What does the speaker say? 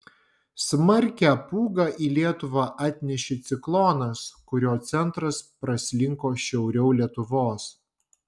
smarkią pūgą į lietuvą atnešė ciklonas kurio centras praslinko šiauriau lietuvos